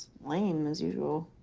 lame. as usual.